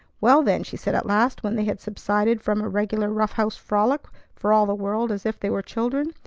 well, then, she said at last, when they had subsided from a regular rough-house frolic for all the world as if they were children,